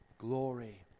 glory